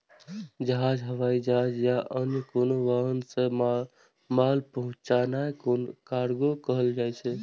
जहाज, हवाई जहाज या आन कोनो वाहन सं माल पहुंचेनाय कार्गो कहल जाइ छै